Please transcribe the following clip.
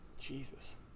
Jesus